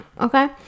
Okay